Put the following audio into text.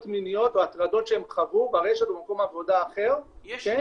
מיניות או הטרדות שהם חוו ברשת או במקום עבודה אחר ואנחנו מטפלים בזה.